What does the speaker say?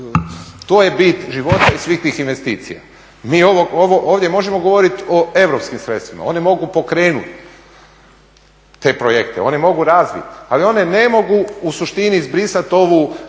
To je bit života i svih tih investicija. Mi ovdje možemo govoriti o europskim sredstvima, one mogu pokrenut te projekte, one mogu razvit. Ali one ne mogu u suštini izbrisati ovu